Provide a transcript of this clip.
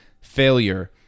failure